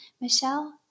Michelle